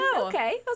okay